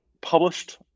published